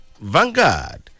Vanguard